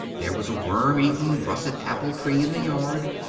there was a worm-eaten, russet-apple tree in the yard,